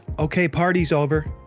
okay party's over.